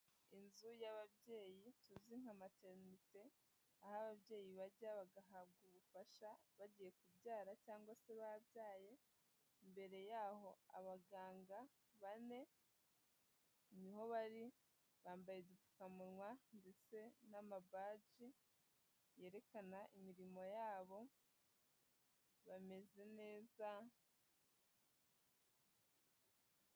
Inzu y'ababyeyi tuzi nka maternete, aho ababyeyi bajya bagahabwa ubufasha, bagiye kubyara cyangwa se babyaye, imbere yaho abaganga bane, niho bari, bambaye udupfukamunwa ndetse n'amabaji yerekana imirimo yabo, bameze neza.